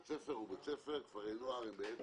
בית ספר הוא בית ספר, כפרי נוער הם גם